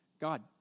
God